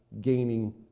gaining